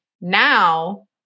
now